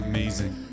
Amazing